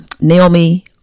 Naomi